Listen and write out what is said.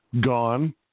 gone